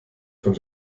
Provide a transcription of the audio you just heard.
von